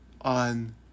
on